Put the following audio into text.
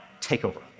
takeover